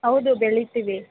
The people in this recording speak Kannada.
ಹೌದು ಬೆಳೀತೀವಿ